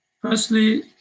Firstly